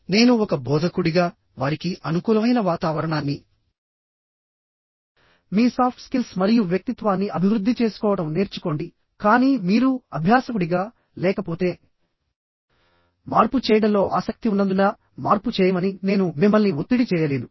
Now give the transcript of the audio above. నేను ఒక బోధకుడిగా వారికి అనుకూలమైన వాతావరణాన్ని మీ సాఫ్ట్ స్కిల్స్ మరియు వ్యక్తిత్వాన్ని అభివృద్ధి చేసుకోవడం నేర్చుకోండి కానీ మీరు అభ్యాసకుడిగా లేకపోతే మార్పు చేయడంలో ఆసక్తి ఉన్నందున మార్పు చేయమని నేను మిమ్మల్ని ఒత్తిడి చేయలేను